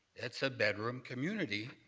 it's a bedroom community.